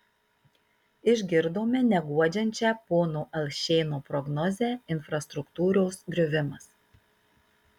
išgirdome neguodžiančią pono alšėno prognozę infrastruktūros griuvimas